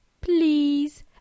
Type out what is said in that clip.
please